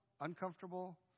Uncomfortable